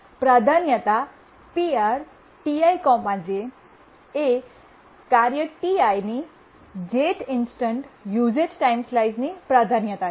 પ્રાધાન્યતા PrTi j એ કાર્ય Ti ની Jth instant usage time slice ની પ્રાધાન્યતા છે